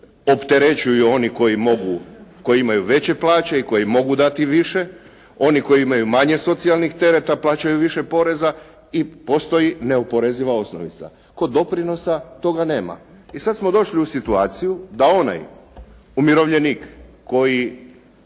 opterećuju oni koji mogu, koji imaju veće plaće i koji mogu dati više, oni koji imaju manje socijalnih tereta plaćaju više poreza i postoji neoporeziva osnovica. Kod doprinosa toga nema. I sad smo došli u situaciju da onaj umirovljenik koji